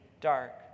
dark